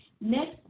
next